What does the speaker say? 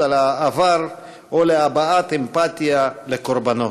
על העבר או להבעת אמפתיה לקרבנות,